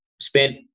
spent